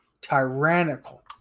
tyrannical